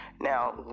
now